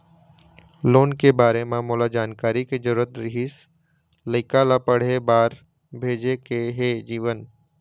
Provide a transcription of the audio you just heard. loan के बारे म मोला जानकारी के जरूरत रीहिस, लइका ला पढ़े बार भेजे के हे जीवन